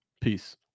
Peace